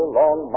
long